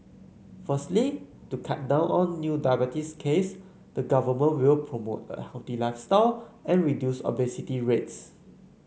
firstly to cut down on new diabetes case the government will promote a healthy lifestyle and reduce obesity rates